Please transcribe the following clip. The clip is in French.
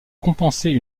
compenser